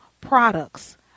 products